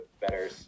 better